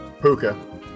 Puka